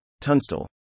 Tunstall